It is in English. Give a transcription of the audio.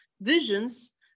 visions